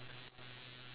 oh no I didn't